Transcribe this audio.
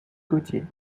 gaultier